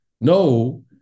no